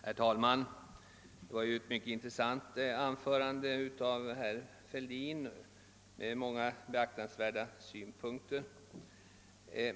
Herr talman! Det var ett mycket intressant anförande som herr Fälldin höll, och det inrymde många beaktansvärda synpunkter.